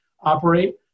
operate